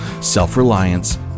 self-reliance